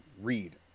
read